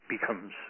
becomes